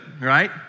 right